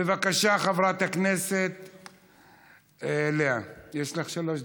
בבקשה, חברת הכנסת לאה, יש לך שלוש דקות.